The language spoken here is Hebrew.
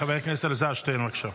חבר הכנסת אלעזר שטרן, בבקשה.